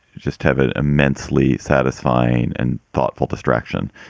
just have it immensely satisfying and thoughtful distraction.